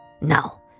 Now